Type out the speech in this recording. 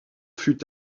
fut